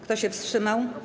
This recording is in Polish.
Kto się wstrzymał?